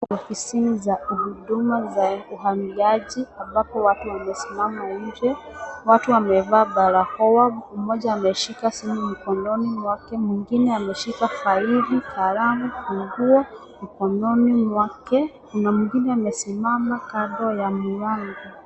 Ofisini za huduma za uhamiaji ambapo watu wamesimama nje, watu wamevaa barakoa, mmoja ameshika simu mkononi mwake, mwingine ameshika faili kalamu funguo mkononi mwake, kuna mwingine amesimama kando ya mlango.